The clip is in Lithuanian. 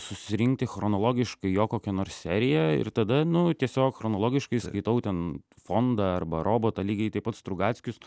susirinkti chronologiškai jo kokią nors seriją ir tada nu tiesiog chronologiškai skaitau ten fondą arba robotą lygiai taip pat strugackis